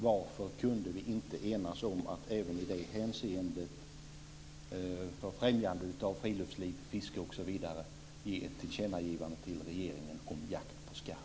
Varför kunde vi inte enas om att även i det hänseendet för främjande av friluftsliv, fiske osv. göra ett tillkännagivande till regeringen om jakt på skarv?